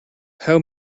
how